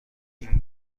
این